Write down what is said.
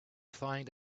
find